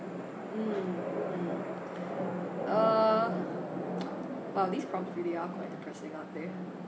mm mm uh !wow! these probably are quite depressing aren't they